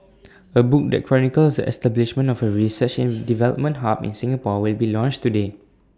A book that chronicles establishment of A research and development hub in Singapore will be launched today